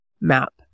map